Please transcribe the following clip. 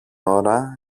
ώρα